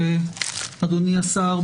אדוני השר,